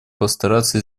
постараться